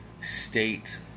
State